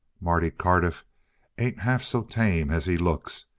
marty cardiff ain't half so tame as he looks,